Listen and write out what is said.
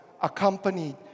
accompanied